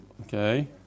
okay